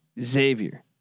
Xavier